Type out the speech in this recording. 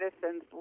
citizens